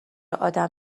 ادم